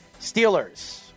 Steelers